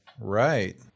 Right